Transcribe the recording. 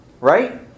Right